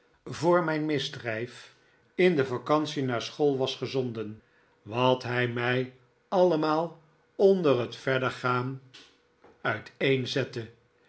voor mijn misdrijf in de vacantie naar school was gezonden wat hij mij allemaal onder het verdergaan uiteenzette